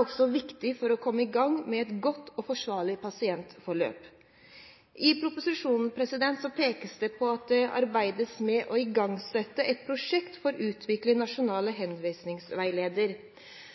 også viktig for å komme i gang med et godt og forsvarlig pasientforløp. I proposisjonen pekes det på at det arbeides med å igangsette et prosjekt for